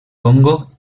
congo